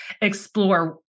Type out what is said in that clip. explore